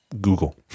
Google